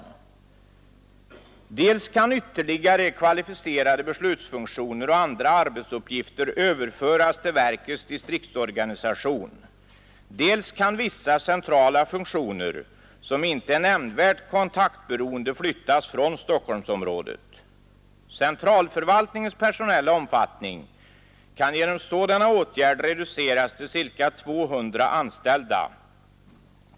Dels kan ytterligare kvalificerade beslutsfunktioner och andra arbetsuppgifter överföras till verkets distriktsorganisation, dels kan vissa centrala funktioner som inte är nämnvärt kontaktberoende flyttas från Stockholmsområdet. Centralförvaltningens personella omfattning kan genom sådana åtgärder reduceras till ca 200 anställda.